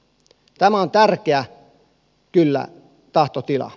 tämä on kyllä tärkeä tahtotila